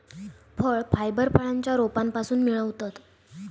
फळ फायबर फळांच्या रोपांपासून मिळवतत